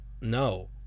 no